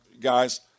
guys